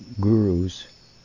gurus